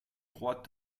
trois